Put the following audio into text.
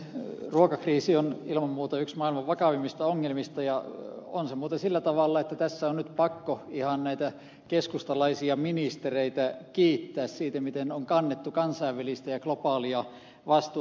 ruokakriisi on ilman muuta yksi maailman vakavimmista ongelmista ja on se muuten sillä tavalla että tässä on nyt pakko ihan näitä keskustalaisia ministereitä kiittää siitä miten on kannettu kansainvälistä ja globaalia vastuuta